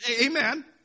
Amen